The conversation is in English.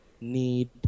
need